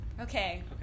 Okay